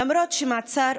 למרות שמעצר,